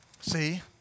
See